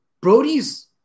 Brody's